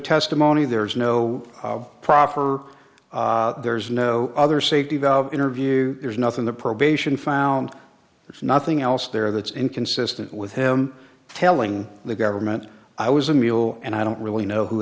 testimony there's no proper there's no other safety valve interview there's nothing the probation found if nothing else there that's inconsistent with him telling the government i was a mule and i don't really know who